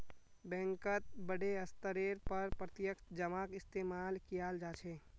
बैंकत बडे स्तरेर पर प्रत्यक्ष जमाक इस्तेमाल कियाल जा छे